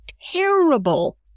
terrible